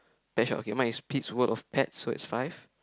pet shop okay mine is Pete's World of Pets so its five